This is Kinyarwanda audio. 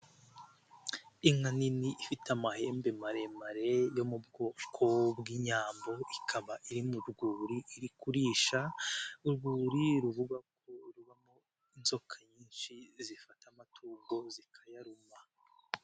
Inka nini ifite amahembe maremare yo mu bwoko bw'inyambo ikaba iri mu rwuri iri kurisha urwuri rubamo inzoka nyinshi zifata amatungo zikayaruma.